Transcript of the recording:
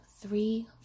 three